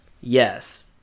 Yes